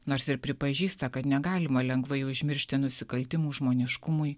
nors ir pripažįsta kad negalima lengvai užmiršti nusikaltimų žmoniškumui